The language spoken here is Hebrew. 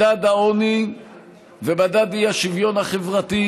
מדד העוני ומדד האי-שוויון החברתי,